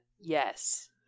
Yes